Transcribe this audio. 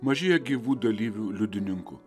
mažėja gyvų dalyvių liudininkų